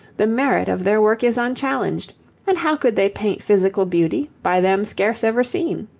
the merit of their work is unchallenged and how could they paint physical beauty by them scarce ever seen?